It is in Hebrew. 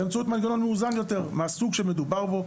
באמצעות מנגנון מאוזן יותר מהסוג שמדובר בו.